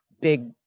big